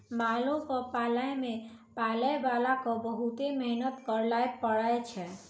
मालो क पालै मे पालैबाला क बहुते मेहनत करैले पड़ै छै